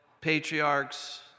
patriarchs